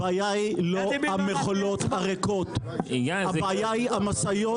הבעיה היא לא המכולות הריקות אלא המשאיות